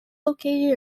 located